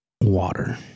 water